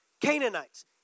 Canaanites